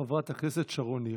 חברת הכנסת שרון ניר.